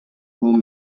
home